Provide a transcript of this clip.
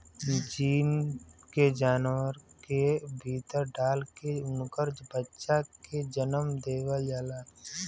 gene के जानवर के भीतर डाल के उनकर बच्चा के जनम देवल जाला